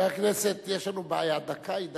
חבר הכנסת, יש לנו בעיה, דקה היא דקה.